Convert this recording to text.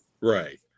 right